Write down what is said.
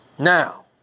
Now